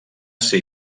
ser